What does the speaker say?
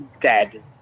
dead